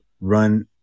run